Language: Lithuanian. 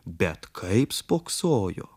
bet kaip spoksojo